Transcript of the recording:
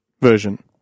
version